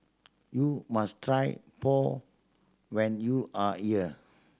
you must try pour when you are here